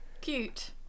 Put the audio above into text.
Cute